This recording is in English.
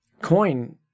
Coin